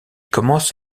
commence